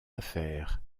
affaire